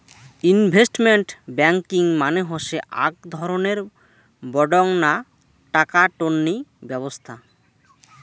investment banking মানে হসে আক ধরণের বডঙ্না টাকা টননি ব্যবছস্থা